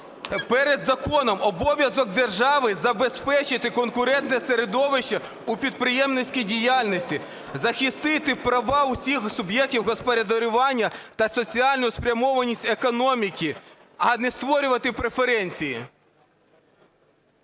перед законом? Обов'язок держави – забезпечити конкурентне середовище у підприємницькій діяльності, захистити права усіх суб'єктів господарювання та соціальну спрямованість економіки, а не створювати преференції.